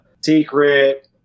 secret